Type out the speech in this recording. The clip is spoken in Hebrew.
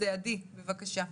עדי, בבקשה.